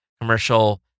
commercial